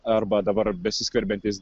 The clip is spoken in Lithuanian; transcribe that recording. arba dabar besiskverbiantis